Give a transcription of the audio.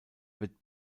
wird